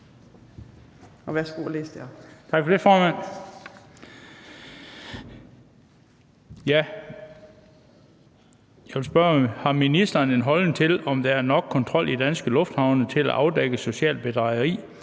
en holdning til, om der er nok kontrol i danske lufthavne til at afdække socialt bedrageri